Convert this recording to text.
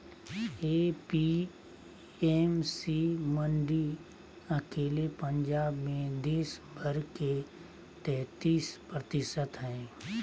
APMC मंडी अकेले पंजाब मे देश भर के तेतीस प्रतिशत हई